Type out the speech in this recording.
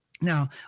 Now